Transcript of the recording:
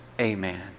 amen